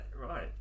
right